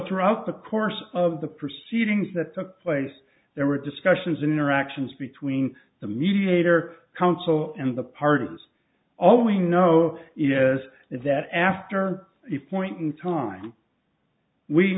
throughout the course of the proceedings that took place there were discussions interactions between the mediator counsel and the pardons all we know is that after a point in time we